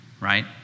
right